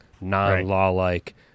non-law-like